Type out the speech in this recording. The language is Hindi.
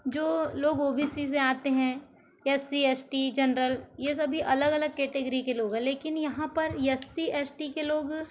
जो लोग ओ बी सी से आते हैं S C S T general ये सभी अलग अलग केटेगीरी के लोग हैं लेकिन यहाँ पर एस सी एस टी के लोग